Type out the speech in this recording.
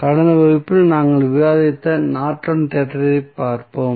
கடந்த வகுப்பில் நாங்கள் விவாதித்த நார்டனின் தேற்றத்தைப் பார்ப்போம்